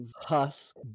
Husk